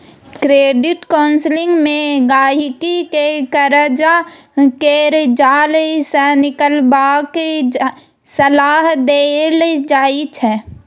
credit counselling मे गहिंकी केँ करजा केर जाल सँ निकलबाक सलाह देल जाइ छै